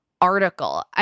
Article